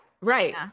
Right